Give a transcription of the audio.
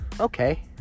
Okay